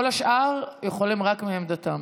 כל השאר יכולים רק מעמדתם,